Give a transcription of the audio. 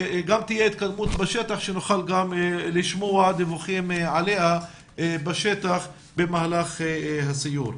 גם תהיה התקדמות בשטח שנוכל גם לשמוע דיווחים עליה בשטח במהלך הסיור.